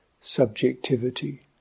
subjectivity